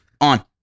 On